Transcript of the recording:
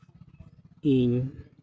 ᱤᱧ